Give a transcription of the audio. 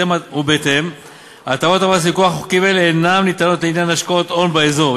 ובהתאם הטבות המס מכוח חוקים אלה אינן ניתנות לעניין השקעות הון באזור.